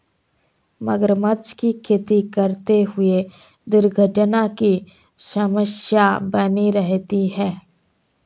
मगरमच्छ की खेती करते हुए दुर्घटना की समस्या बनी रहती है